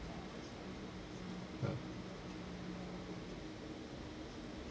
ah